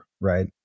right